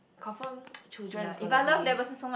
confirm children is gonna be